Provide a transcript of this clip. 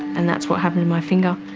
and that's what happened to my finger,